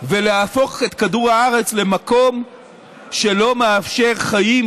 ולהפוך את כדור הארץ למקום שלא מאפשר חיים,